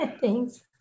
Thanks